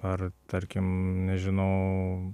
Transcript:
ar tarkim nežinau